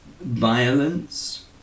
violence